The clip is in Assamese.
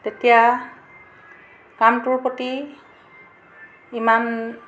তেতিয়া কামটোৰ প্ৰতি ইমান